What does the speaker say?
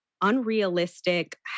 unrealistic